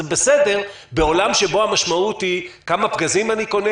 זה בסדר בעולם שבו המשמעות היא כמה פגזים אני קונה